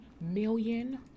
million